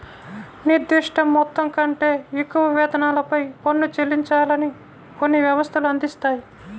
నిర్దిష్ట మొత్తం కంటే ఎక్కువ వేతనాలపై పన్ను చెల్లించాలని కొన్ని వ్యవస్థలు అందిస్తాయి